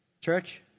church